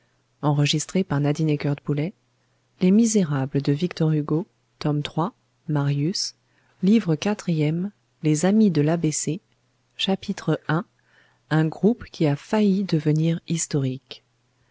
livre quatrième les amis de l'a b c chapitre i un groupe qui a failli devenir historique